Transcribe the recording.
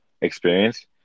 experience